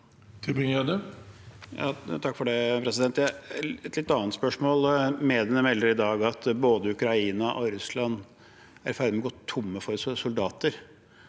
Et litt annet spørsmål: Mediene melder i dag at både Ukraina og Russland er i ferd med å gå tomme for soldater.